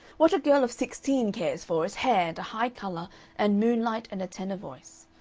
what a girl of sixteen cares for is hair and a high color and moonlight and a tenor voice.